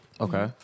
Okay